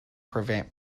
prevent